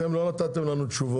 אתם לא נתתם לנו תשובות